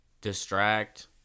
Distract